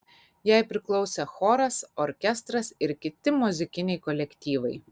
jai priklausė choras orkestras ir kiti muzikiniai kolektyvai